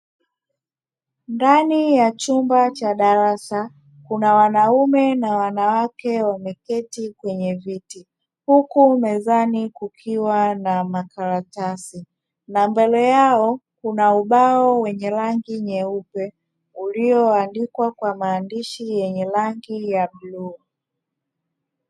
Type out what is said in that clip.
Ndani ya chumba cha darasa kuna wanaume na wanawake wameketi kwenye viti, huku mezani kukiwa na makaratasi na mbele yao kuna ubao wenye rangi nyeupe ulioandikwa kwa maandishi yenye rangi ya bluu.